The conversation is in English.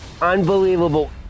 Unbelievable